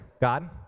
God